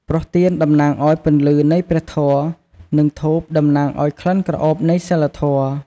ព្រោះទៀនតំណាងឱ្យពន្លឺនៃព្រះធម៌ និងធូបតំណាងឱ្យក្លិនក្រអូបនៃសីលធម៌។